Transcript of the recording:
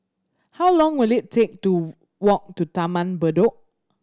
how long will it take to walk to Taman Bedok